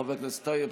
חבר הכנסת טייב,